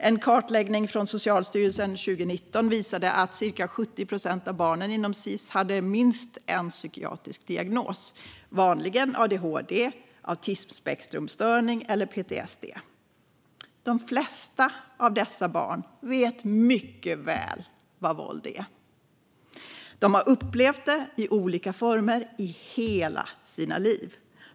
En kartläggning från Socialstyrelsen 2019 visade att cirka 70 procent av barnen inom Sis hade minst en psykiatrisk diagnos - vanligen adhd, autismspektrumstörning eller PTSD. De flesta av dessa barn vet mycket väl vad våld är. De har upplevt det i olika former i hela sina liv.